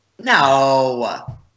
No